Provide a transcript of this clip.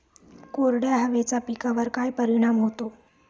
कोरड्या हवेचा पिकावर काय परिणाम होतो?